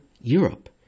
Europe